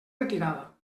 retirada